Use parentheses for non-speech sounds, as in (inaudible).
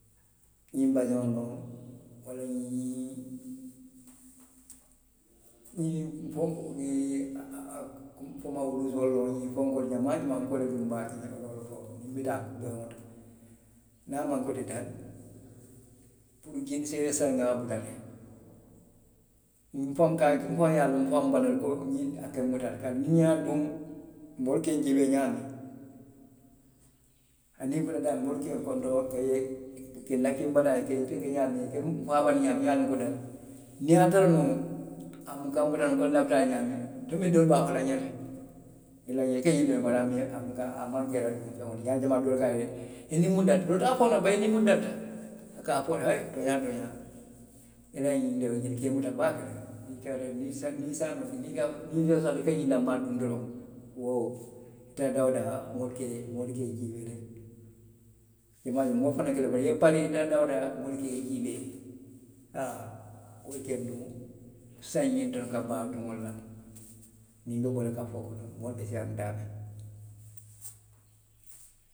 Ňiw nbasiŋolu. walla ňiŋ, fenkoo, ňiŋ, a. a fo mayiluusoo loŋ niŋ fenkoo jamaa jamaa nka wolu le duŋ baake niŋ i be bo la suo kono niŋ nbi taa wolu to. Niŋ a maŋ ke wo ti daali. jini ňiŋ seeree saayiŋ nŋa a bula le; nfaŋo ka a, nfaŋo ye a loŋ, nfaŋo bala ko ňiŋ, a ka nmuta le, kaatu niŋ nŋa a duŋ. moolu ka njiibee ňaamiŋ. aniŋ i bota daamiŋ. moolu ka i kontoŋ ka i, ka naki nbala, ka, i ka nfenke ňaamiŋ. i ka nmaamanndi ňaamiŋ. miŋ ye a loŋ ko daali, niŋ i ye a tara nuŋ, a buka nmuta nuŋ, walla (unintelligible) tonbi doolu be a fo la nňe nuŋ. i ka ňiŋ duŋ, a buka. i maŋ i, a maŋ ke i la duŋ feŋo ti, i ye a loŋ jamaa doolu ka, i niŋ miŋ maŋ dali wo lu te a fo le, bari i niŋ minnu dalita a ka fo i ye le he, tooňaa tooňaa, i la ňiŋ de, ňiŋ ka i muta baake le, nniŋ saawoo lo loŋ, i ka ňiŋ danmaa duŋ doroŋ. Wo, ndalita wo le la. Moolu ke, moolu ka i jiicee doroŋ. I maŋ a jee moo fanaŋ ka duwaa le i ye paree, i taata i jiibee daa woo daa moolu ka i jiibee, haa. Wo le ka nduŋ saayiŋ ňiŋ dondika baa doŋo la, niŋ nbe bo la kafoo kono, moolu be siiyaariŋ daamiŋ na.